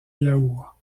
yaourt